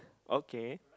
okay